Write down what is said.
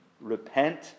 Repent